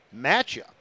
matchup